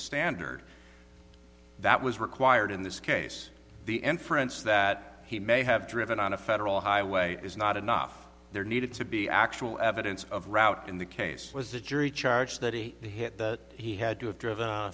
standard that was required in this case the entrance that he may have driven on a federal highway is not enough there needed to be actual evidence of route in the case was the jury charge that he hit that he had to have driven